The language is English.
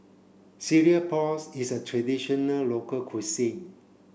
Cereal Prawns is a traditional local cuisine